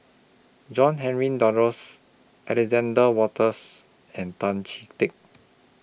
John Henry Duclos Alexander Wolters and Tan Chee Teck